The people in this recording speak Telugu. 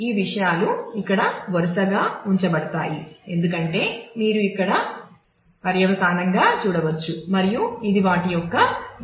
ఈ విషయాలు ఇక్కడ వరుసగా ఉంచబడతాయి ఎందుకంటే మీరు ఇక్కడ పర్యవసానంగా చూడవచ్చు మరియు ఇది వాటి యొక్క లింక్ కీ